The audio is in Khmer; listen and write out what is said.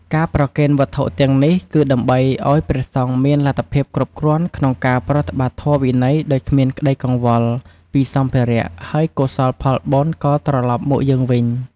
ការប្រគេនវត្ថុទាំងនេះ គឺដើម្បីឲ្យព្រះសង្ឃមានលទ្ធភាពគ្រប់គ្រាន់ក្នុងការប្រតិបត្តិធម៌វិន័យដោយគ្មានក្តីកង្វល់ពីសម្ភារៈ ហើយកុសលផលបុណ្យក៏ត្រឡប់មកយើងវិញ។